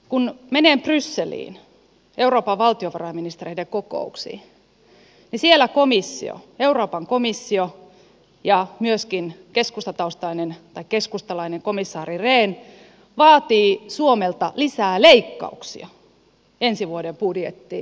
kun menen brysseliin euroopan valtiovarainministereiden kokouksiin niin siellä euroopan komissio ja myöskin keskustalainen komissaari rehn vaatii suomelta lisää leikkauksia ensi vuoden budjettiin eli lisää säästöjä